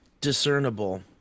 discernible